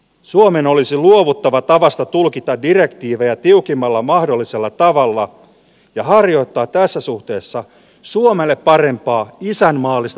suomen olisi luovuttava tavasta tulkita direktiivejä tiukemmalla mahdollisella tavalla ja harjoittaa tässä suhteessa suomelle parempaa isänmaallista